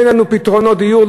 אין לנו פתרונות דיור,